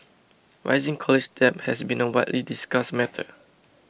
rising college debt has been a widely discussed matter